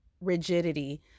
rigidity